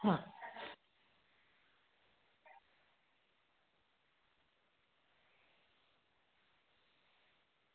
હા